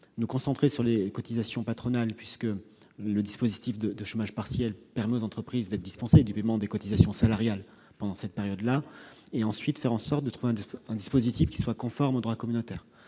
nous concentrer sur les cotisations patronales, le dispositif de chômage partiel permettant aux entreprises d'être dispensées du paiement des cotisations salariales pendant cette période, et trouver un dispositif conforme au droit communautaire.